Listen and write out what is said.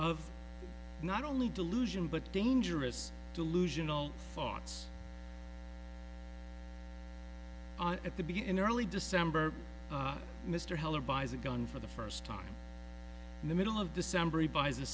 of not only delusion but dangerous delusional thoughts at the beginning early december mr heller buys a gun for the first time in the middle of december he buys